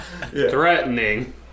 Threatening